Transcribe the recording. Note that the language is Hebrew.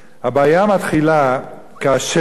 הבעיה מתחילה כאשר,